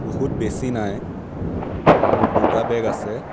বহুত বেছি নাই মোৰ দুটা বেগ আছে